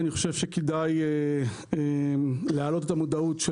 אני חושב שכדאי להעלות את המודעות של